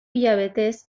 hilabetez